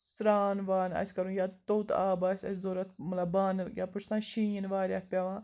سرٛان وان آسہِ کَرُن یا توٚت آب آسہِ اسہِ ضروٗرت مطلب بانہٕ یپٲرۍ چھُ آسان شیٖن واریاہ پیٚوان